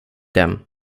dem